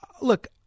Look